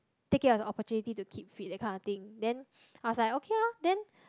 take it as an opportunity to keep fit that kind of thing then I was like okay lor then